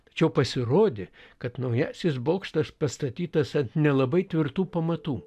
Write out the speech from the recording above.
tačiau pasirodė kad naujasis bokštas pastatytas ant nelabai tvirtų pamatų